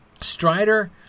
Strider